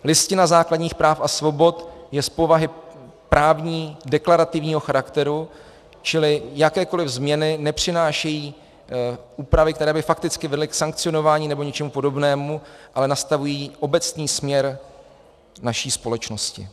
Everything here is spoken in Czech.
Listina základních práv a svobod je z povahy právní deklarativního charakteru, čili jakékoliv změny nepřinášejí úpravy, které by fakticky byly k sankcionování nebo něčemu podobnému, ale nastavují obecný směr naší společnosti.